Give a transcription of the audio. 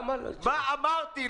מה כבר אמרתי?